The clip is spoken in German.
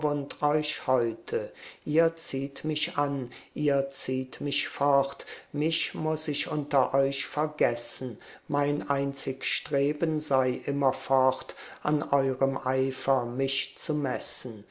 heute ihr zieht mich an ihr zieht mich fort mich muß ich unter euch vergessen mein einzig streben sei immerfort an eurem eifer mich zu messen